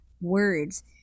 words